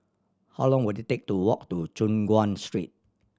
how long will it take to walk to Choon Guan Street